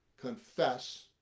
confess